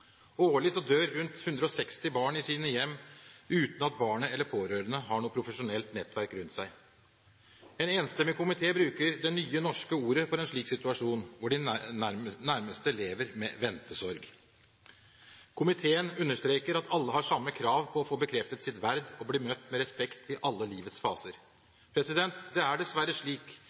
Årlig dør rundt 160 barn i sine hjem, uten at barnet eller de pårørende har noe profesjonelt nettverk rundt seg. En enstemmig komité bruker det nye norske ordet for en slik situasjon, hvor de nærmeste lever med «ventesorg». Komiteen understreker at alle har samme krav på å få bekreftet sitt verd og å bli møtt med respekt i alle livets faser. Det er dessverre slik